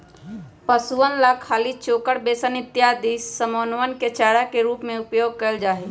पशुअन ला खली, चोकर, बेसन इत्यादि समनवन के चारा के रूप में उपयोग कइल जाहई